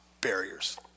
barriers